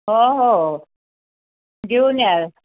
हो हो घेऊन याल